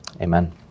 amen